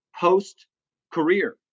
post-career